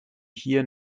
hier